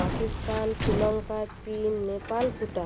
পাকিস্তান শ্রীলঙ্কা চীন নেপাল ভুটান